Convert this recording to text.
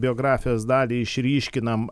biografijos dalį išryškinam